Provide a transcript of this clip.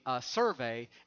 survey